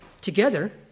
Together